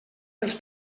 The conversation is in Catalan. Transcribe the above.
dels